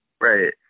Right